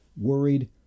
worried